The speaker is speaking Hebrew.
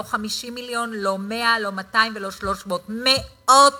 לא 50 מיליון, לא 100, לא 200 ולא 300, מאות